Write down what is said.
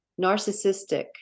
narcissistic